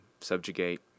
subjugate